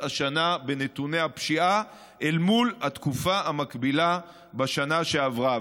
השנה בנתוני הפשיעה אל מול התקופה המקבילה בשנה שעברה.